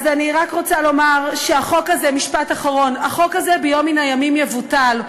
אז אני רק רוצה לומר משפט אחרון: החוק הזה ביום מן הימים יבוטל,